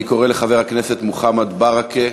אני קורא לחבר הכנסת מוחמד ברכה,